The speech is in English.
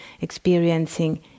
experiencing